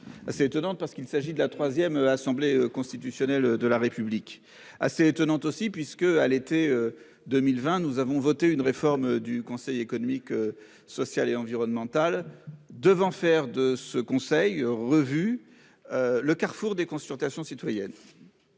Assez étonnant parce qu'il s'agit de la 3ème assemblée constitutionnelle de la République assez étonnant aussi puisque, à l'été 2020, nous avons voté une réforme du Conseil économique, social et environnemental devant faire de ce conseil revue. Le Carrefour des consultations citoyennes.